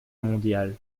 mondiale